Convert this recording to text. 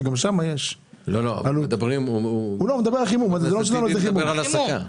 לא, הוא דיבר על הסקה.